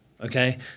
okay